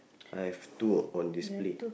I have two on display